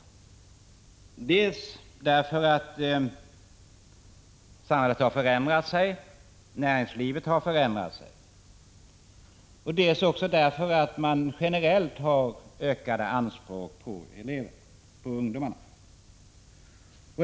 Det beror dels på att samhället och näringslivet har förändrats, dels på att man också generellt har ökade anspråk på ungdomarna.